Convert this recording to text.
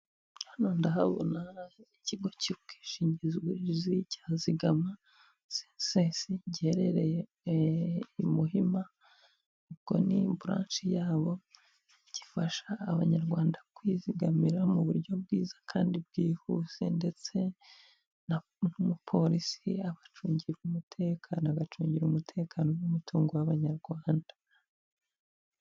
Hano ndahabona ikigo cy'ubwishingizi cya Zigama CSS giherereye i Muhima, ubwo ni buranshi yabo, gifasha abanyarwanda kwizigamira mu buryo bwiza kandi bwihuse, ndetse n'umuporisi abacungira umutekano, agacungira umutekano n'umutungo w'Abanyarwanda.